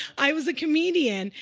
i was a comedian,